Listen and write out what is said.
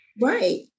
Right